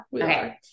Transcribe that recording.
Okay